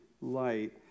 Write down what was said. light